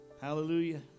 hallelujah